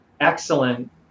excellent